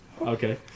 Okay